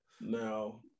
Now